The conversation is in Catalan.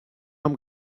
amb